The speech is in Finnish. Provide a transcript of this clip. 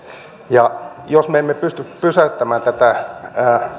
ja jos me emme pysty pysäyttämään tätä